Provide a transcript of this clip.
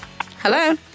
Hello